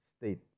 state